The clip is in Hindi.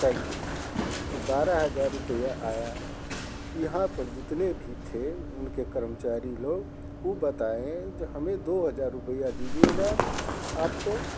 तय की बारह हज़ार रुपया आया यहाँ पर जितने भी थे उनके कर्मचारी लोग उ बताएँ जो हमें दो हज़ार रुपया दीजिएगा आपको